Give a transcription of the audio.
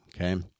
Okay